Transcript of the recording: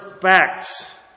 facts